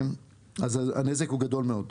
אז הנזק הוא גדול מאוד.